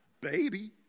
baby